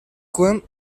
coin